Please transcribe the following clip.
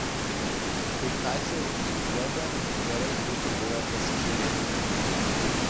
kai kasė rūsiui duobę gerai būtų buvę pasižiūrėti